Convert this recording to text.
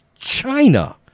China